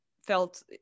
felt